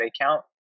account